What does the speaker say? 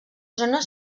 zones